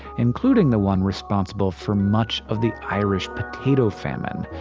including the one responsible for much of the irish potato famine.